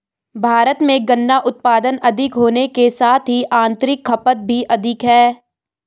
भारत में गन्ना उत्पादन अधिक होने के साथ ही आतंरिक खपत भी अधिक है